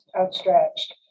outstretched